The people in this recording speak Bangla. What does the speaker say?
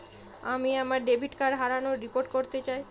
আমি আমার ডেবিট কার্ড হারানোর রিপোর্ট করতে চাই